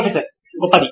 professor గొప్పది